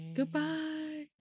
Goodbye